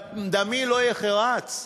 דמי לא יחרץ.